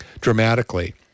dramatically